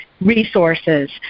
resources